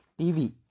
TV